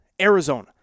Arizona